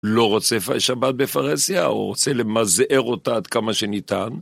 לא רוצה שבת בפרסיה, או רוצה למזהר אותה עד כמה שניתן